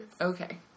Okay